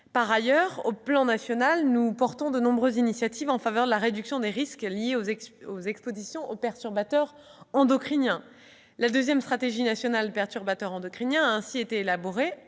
également au plan national de nombreuses initiatives en faveur de la réduction des risques liés aux expositions aux perturbateurs endocriniens. La deuxième stratégie nationale sur les perturbateurs endocriniens a ainsi été élaborée